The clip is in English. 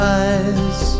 eyes